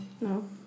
No